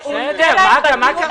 זה הפתרון.